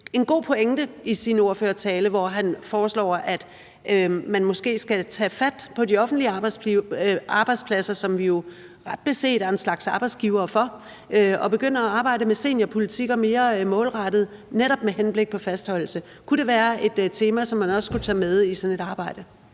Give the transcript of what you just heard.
en god pointe i sin ordførertale, hvor han foreslog, at man måske skulle tage fat på de offentlige arbejdspladser, som vi jo ret beset er en slags arbejdsgivere for, og begynde at arbejde med seniorpolitikker mere målrettet netop med henblik på fastholdelse. Kunne det være et tema, som man også kunne tage med i sådan et arbejde?